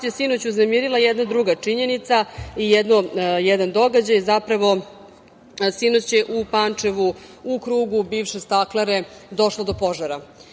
je sinoć uznemirila jedana druga činjenica i jedan događaj, zapravo, sinoć je u Pančevu u krugu bivše staklare došlo do požara.